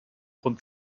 rund